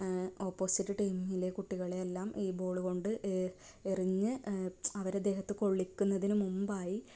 opposite ടീമിലെ കുട്ടികളെ എല്ലാം ഈ ബോളുകൊണ്ട് എറിഞ്ഞ് അവരെ ദേഹത്ത് കൊള്ളിക്കുന്നതിന് മുമ്പായി